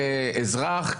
כאזרח,